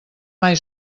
mai